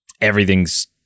everything's